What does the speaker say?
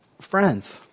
friends